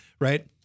right